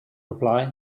reply